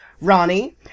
Ronnie